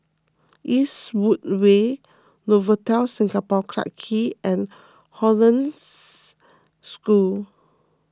Eastwood Way Novotel Singapore Clarke Quay and Hollandse School